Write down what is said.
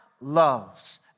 loves